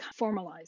formalize